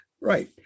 right